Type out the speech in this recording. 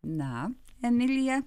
na emilija